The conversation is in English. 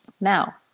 Now